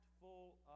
full